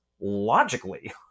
logically